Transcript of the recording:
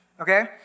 okay